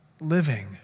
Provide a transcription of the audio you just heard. living